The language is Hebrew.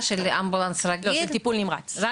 של אמבולנס רגיל או --- של טיפול נמרץ.